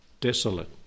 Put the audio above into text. desolate